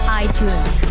iTunes